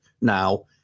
now